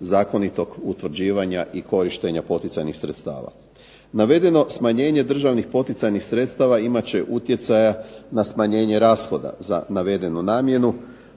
zakonitog utvrđivanja i korištenja poticajnih sredstava. Navedeno smanjenje državnih poticajnih sredstava imat će utjecaja na smanjenje rashoda za navedenu namjenu.